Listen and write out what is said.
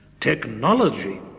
Technology